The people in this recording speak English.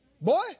Boy